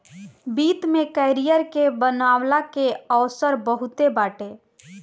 वित्त में करियर के बनवला के अवसर बहुते बाटे